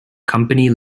company